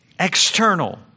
External